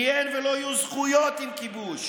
כי אין ולא יהיו זכויות עם כיבוש,